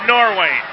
Norway